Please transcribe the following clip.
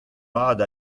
mat